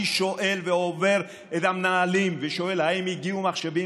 אני עובר בין המנהלים ושואל האם הגיעו מחשבים,